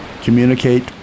Communicate